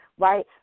Right